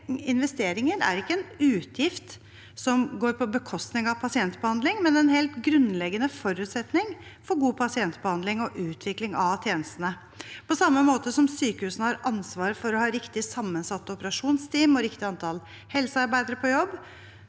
Investeringer er ikke en utgift som går på bekostning av pasientbehandling, men en helt grunnleggende forutsetning for god pasientbehandling og utvikling av tjenestene. Høyre mener at sykehusene, på samme måte som de har ansvar for å ha riktig sammensatte operasjonsteam og riktig antall helsearbeidere på jobb,